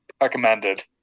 Recommended